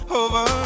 over